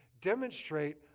demonstrate